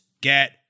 get